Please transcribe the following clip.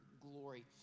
glory